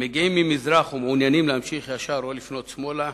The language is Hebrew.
המגיעים ממזרח ומעוניינים להמשיך ישר או לפנות שמאלה,